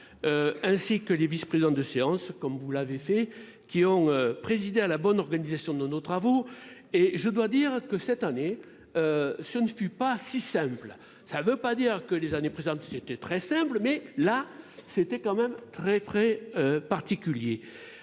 Ainsi que les vice-président de séance. Comme vous l'avez fait, qui ont présidé à la bonne organisation de nos travaux et je dois dire que cette année. Ce ne fut pas si simple. Ça ne veut pas dire que les années précédentes, c'était très simple mais là c'était quand même très très particulier.